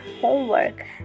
homework